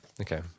Okay